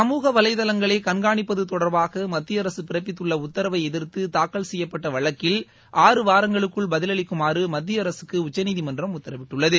சமூக வலைதளங்களை கண்காணிப்பது தொட்பாக மத்திய அரசு பிறப்பித்துள்ள உத்தரவை எதிர்த்து தாக்கல் செய்யப்பட்ட வழக்கில் ஆறு வாரங்களுக்குள் பதிலளிக்குமாறு மத்திய அரசுக்கு உச்சநீதிமன்றம் உத்தரவிட்டுள்ளது